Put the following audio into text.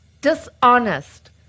dishonest